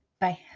Bye